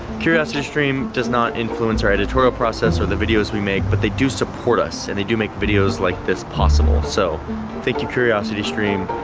curiositystream does not influence our editorial process or the videos we make, but they do support us and they do make videos like this possible, so thank you curiositystream.